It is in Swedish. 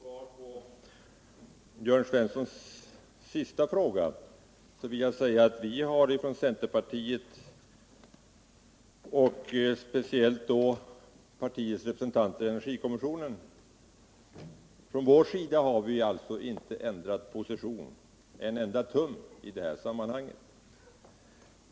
Herr talman! Som svar på Jörn Svenssons sista fråga vill jag säga att vi från centerpartiets sida — speciellt partiets representanter i energikommissionen — inte ändrat position en enda tum i det här sammanhanget.